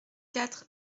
quatre